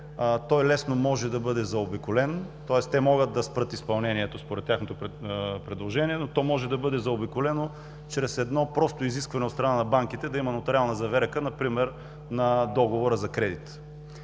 той лесно може да бъде заобиколен, тоест те могат да спрат изпълнението според тяхното предложение, но то може да бъде заобиколено чрез едно просто изискване от страна на банките – да има нотариална заверка например на договора за кредит.